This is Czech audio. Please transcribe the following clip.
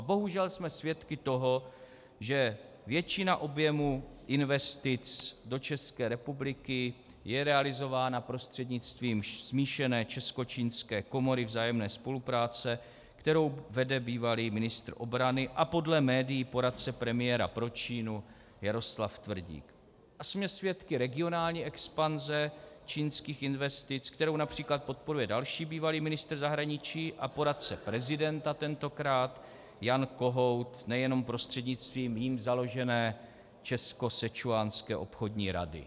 Bohužel jsme svědky toho, že většina objemu investic do České republiky je realizována prostřednictvím smíšené Českočínské komory vzájemné spolupráce, kterou vede bývalý ministr obrany a podle médií poradce premiéra pro Čínu Jaroslav Tvrdík, a jsme svědky regionální expanze čínských investic, kterou například podporuje další bývalý ministr zahraničí a tentokrát poradce prezidenta Jan Kohout nejenom prostřednictvím jím založené českosečuánské obchodní rady.